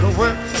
work